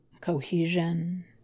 cohesion